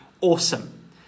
Awesome